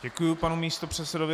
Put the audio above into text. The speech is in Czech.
Děkuji panu místopředsedovi.